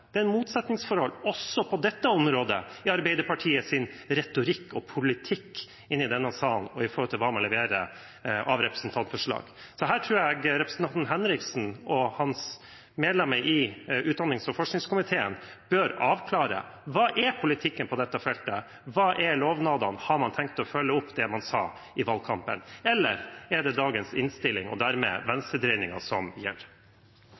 Det er et motsetningsforhold også på dette området i Arbeiderpartiets retorikk og politikk i denne salen i forhold til hva man leverer av representantforslag. Her tror jeg representanten Henriksen og hans partifeller i utdannings- og forskningskomiteen bør avklare: Hva er politikken på dette feltet? Hva er lovnadene? Har man tenkt å følge opp det man sa i valgkampen? Eller er det dagens innstilling og dermed venstredreiningen som gjelder?